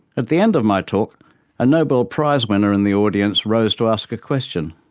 at the end of my talk a nobel prize-winner in the audience rose to ask a question.